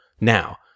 now